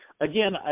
again